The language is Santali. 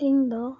ᱤᱧ ᱫᱚ